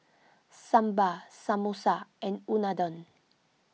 Sambar Samosa and Unadon